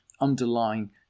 underlying